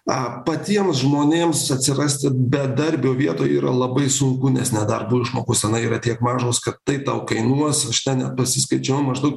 a patiems žmonėms atsirasti bedarbio vietoj yra labai sunku nes nedarbo išmokos tenai yra tiek mažos kad tai tau kainuos aš ten net pasiskaičiavau maždaug